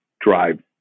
Drive